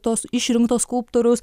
tos išrinkto skulptoriaus